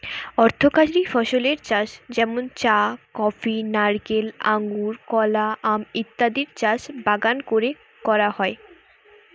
অর্থকরী ফসলের চাষ যেমন চা, কফি, নারকেল, আঙুর, কলা, আম ইত্যাদির চাষ বাগান কোরে করা হয়